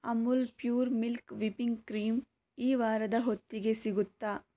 Amul pure milk whipping cream ಈ ವಾರದ ಹೊತ್ತಿಗೆ ಸಿಗುತ್ತಾ